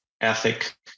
ethic